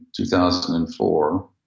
2004